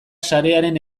sarearen